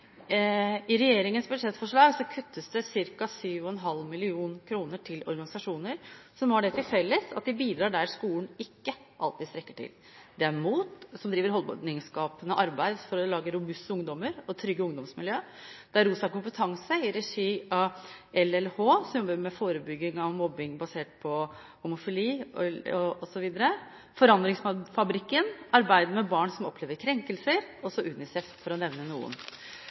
I regjeringens budsjettforslag kuttes det ca. 7,5 mill. kr til organisasjoner som har det til felles at de bidrar der skolen ikke alltid strekker til. Det gjelder MOT, som driver holdningsskapende arbeid for å lage robuste ungdommer og trygge ungdomsmiljøer, Rosa Kompetanse i regi av LLH, som jobber med forebygging av mobbing basert på homofili osv., Forandringsfabrikken, som arbeider med barn som opplever krenkelser, og UNICEF – for å nevne noen.